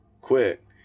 quick